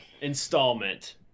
installment